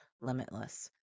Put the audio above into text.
limitless